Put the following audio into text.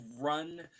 run